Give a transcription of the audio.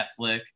Netflix